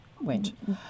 went